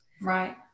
Right